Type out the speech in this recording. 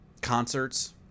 Concerts